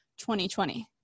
2020